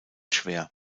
schwer